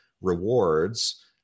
rewards